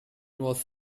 was